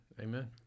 Amen